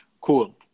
Cool